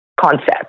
concept